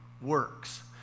works